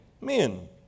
men